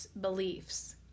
beliefs